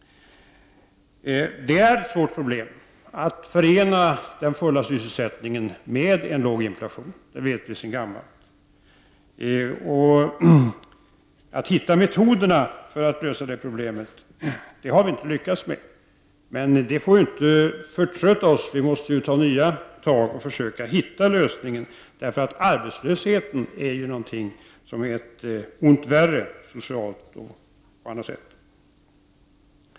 Det är ett svårt problem att förena den fulla sysselsättningen med en låg inflation. Det vet vi sedan gammalt. Att hitta metoderna för att lösa det problemet har vi inte lyckats med. Men det får inte förtrötta oss. Vi måste ta nya tag och försöka hitta lösningen. Arbetslösheten är ett ont som är värre, socialt och på andra sätt.